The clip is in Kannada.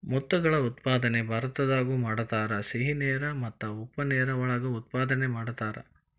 ಮುತ್ತುಗಳ ಉತ್ಪಾದನೆ ಭಾರತದಾಗು ಮಾಡತಾರ, ಸಿಹಿ ನೇರ ಮತ್ತ ಉಪ್ಪ ನೇರ ಒಳಗ ಉತ್ಪಾದನೆ ಮಾಡತಾರ